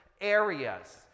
areas